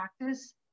practice